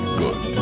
good